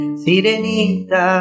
sirenita